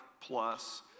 plus